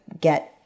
get